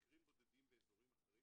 מקרים בודדים באיזורים אחרים.